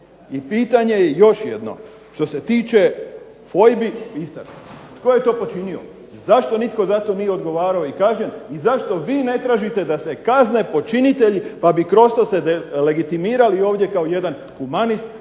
I pitanje je još jedno, što se tiče dvojbi, tko je to počinio, zašto nitko za to nije odgovarao i kažnjen, i zašto vi ne tražite da se kazne počinitelji pa bi kroz to se legitimirali kao jedan humanist,